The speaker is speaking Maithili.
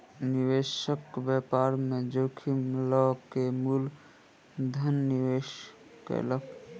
निवेशक व्यापार में जोखिम लअ के मूल धन निवेश कयलक